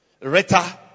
Reta